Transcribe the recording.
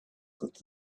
that